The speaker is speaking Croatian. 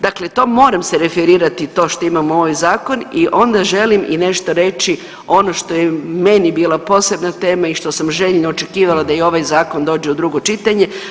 Dakle, to moram se referirati to što imamo ovaj zakon i onda želim i nešto reći ono što je meni bila posebna tema i što sam željno očekivala da i ovaj zakon dođe u drugo čitanje.